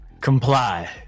comply